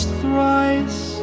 thrice